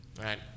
right